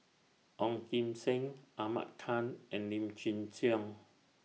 Ong Kim Seng Ahmad Khan and Lim Chin Siong